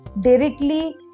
directly